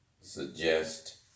suggest